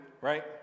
right